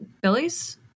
Billy's